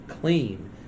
clean